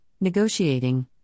negotiating